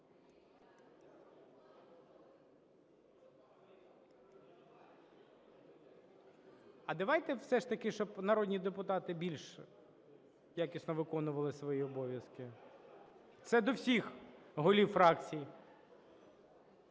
А давайте все ж таки, щоб народні депутати більш якісно виконували свої обов'язки. Це до всіх голів фракцій.